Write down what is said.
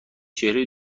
چهره